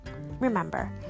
Remember